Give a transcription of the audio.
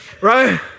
right